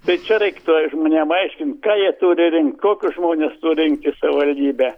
tai čia reiktų žmonėm aiškint ką jie turi rinkt kokius žmones surinkt į savivaldybę